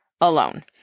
alone